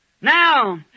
Now